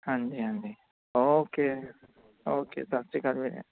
ਹਾਂਜੀ ਹਾਂਜੀ okay okay ਸਤਿ ਸ਼੍ਰੀ ਅਕਾਲ ਵੀਰੇ